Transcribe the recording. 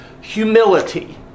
humility